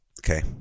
okay